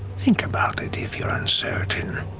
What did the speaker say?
think about it if you're uncertain.